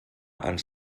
ens